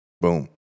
Boom